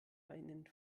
einen